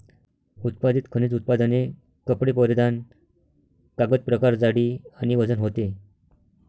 उत्पादित खनिज उत्पादने कपडे परिधान कागद प्रकार जाडी आणि वजन होते